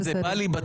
תודה רבה.